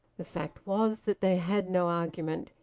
the fact was that they had no argument.